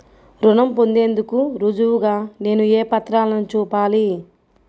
రుణం పొందేందుకు రుజువుగా నేను ఏ పత్రాలను చూపాలి?